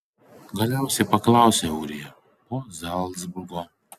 galiausiai paklausė ūrija po zalcburgo